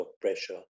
pressure